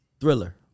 Thriller